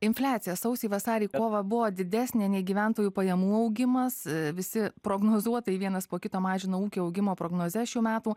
infliacija sausį vasarį kovą buvo didesnė nei gyventojų pajamų augimas visi prognozuotojai vienas po kito mažina ūkio augimo prognozes šių metų